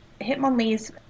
Hitmonlee's